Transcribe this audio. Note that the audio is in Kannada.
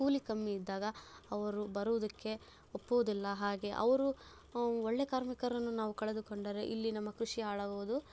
ಕೂಲಿ ಕಮ್ಮಿ ಇದ್ದಾಗ ಅವರು ಬರುವುದಕ್ಕೆ ಒಪ್ಪುವುದಿಲ್ಲ ಹಾಗೇ ಅವರು ಒಳ್ಳೆ ಕಾರ್ಮಿಕರನ್ನು ನಾವು ಕಳೆದುಕೊಂಡರೆ ಇಲ್ಲಿ ನಮ್ಮ ಕೃಷಿ ಹಾಳಾಗುವುದು